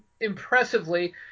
impressively